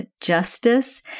justice